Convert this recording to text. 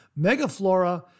Megaflora